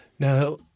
Now